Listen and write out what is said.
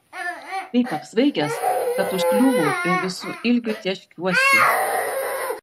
taip apsvaigęs kad užkliūvu ir visu ilgiu tėškiuosi